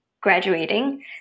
graduating